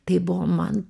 tai buvo man